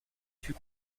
fut